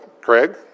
Craig